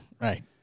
right